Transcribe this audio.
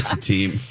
Team